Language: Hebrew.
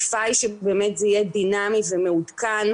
לייצר ימי עיון למומחים ומפגשי מומחים